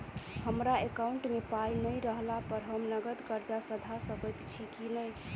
हमरा एकाउंट मे पाई नै रहला पर हम नगद कर्जा सधा सकैत छी नै?